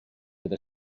with